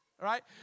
right